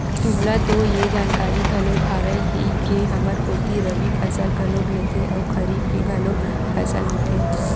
तुमला तो ये जानकारी घलोक हावे ही के हमर कोती रबि फसल घलोक लेथे अउ खरीफ के घलोक फसल होथे